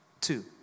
Two